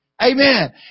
Amen